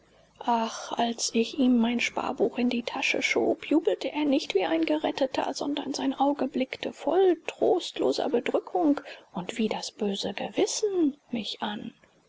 ach als ich ihm mein sparbuch in die tasche schob jubelte er nicht wie ein geretteter sondern sein auge blickte voll trostloser bedrückung und wie das böse gewissen mich an